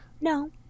No